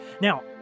Now